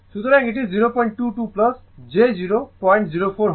সুতরাং এটি 022 j 004 হবে